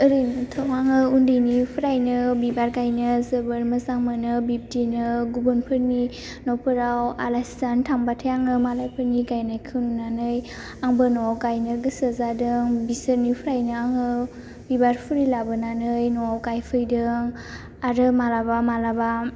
ओरैनोथ' आङो उन्दैनिफ्रायनो बिबार गायनो जोबोद मोजां मोनो बिब्दिनो गुबुनफोरनि न'फोराव आलासि जानो थांबाथाय आङो मालायफोरनि गायनायखौ नुनानै आंबो न'आव गायनो गोसो जादों बिसोरनिफ्रायनो आङो बिबार फुलि लाबोनानै न'आव गायफैदों आरो माब्लाबा माब्लाबा